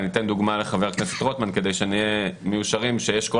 אבל אני אתן דוגמה עבור חבר הכנסת רוטמן כדי שנהיה מיושרים שיש כל